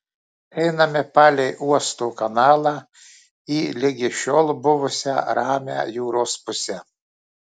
einame palei uosto kanalą į ligi šiol buvusią ramią jūros pusę